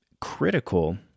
critical